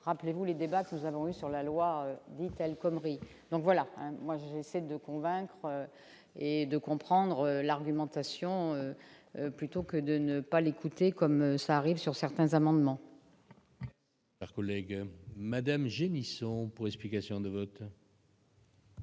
rappelez-vous les débats pose allongée sur la loi dite El-Khomri donc voilà, moi, j'essaie de convaincre et de comprendre l'argumentation, plutôt que de ne pas l'écouter comme ça arrive sur certains amendements. Par collègues Madame Génisson pour explication de vote.